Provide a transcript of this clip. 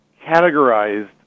categorized